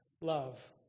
love